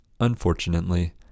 Unfortunately